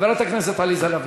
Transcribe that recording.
חברת הכנסת עליזה לביא.